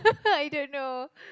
i don't know